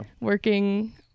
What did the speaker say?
working